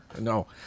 No